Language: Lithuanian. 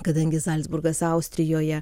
kadangi zalcburgas austrijoje